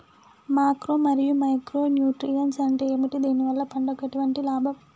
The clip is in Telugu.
మాక్రో మరియు మైక్రో న్యూట్రియన్స్ అంటే ఏమిటి? దీనివల్ల పంటకు ఎటువంటి లాభం?